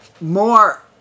more